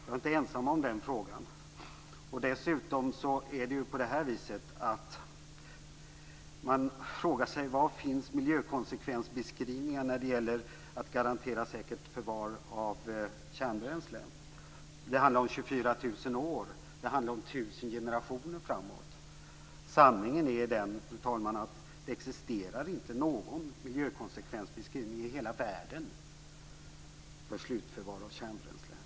Jag är inte ensam om den frågan. Dessutom frågar man sig var miljökonsekvensbeskrivningar finns när det gäller att garantera säkert förvar av kärnbränsle. Det handlar om 24 000 år. Det handlar om tusen generationer framåt. Sanningen är den, fru talman, att det inte existerar någon miljökonsekvensbeskrivning i hela världen för slutförvar av kärnbränsle.